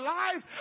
life